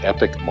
Epic